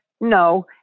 no